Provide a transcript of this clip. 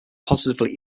positively